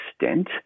extent